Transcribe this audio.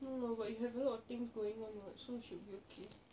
no lah but you have a lot of things going on [what] so should be okay